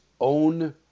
own